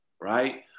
right